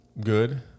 good